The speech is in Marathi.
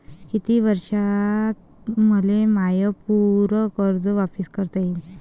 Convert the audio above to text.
कितीक वर्षात मले माय पूर कर्ज वापिस करता येईन?